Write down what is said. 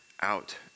out